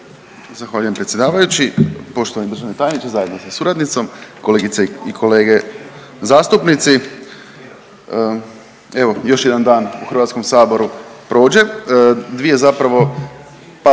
Zahvaljujem predsjedavajući. Poštovani državni tajniče zajedno sa suradnicom, kolegice i kolege zastupnici. Evo još jedan dan u HS-u prođe. Dvije zapravo pa